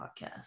podcast